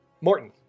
Morton